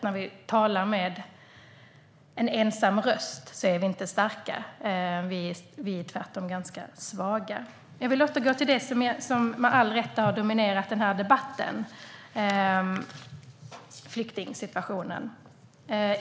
När vi talar med en ensam röst är vi inte starka utan tvärtom ganska svaga. Jag vill återgå till det som med rätta har dominerat den här debatten, nämligen flyktingsituationen.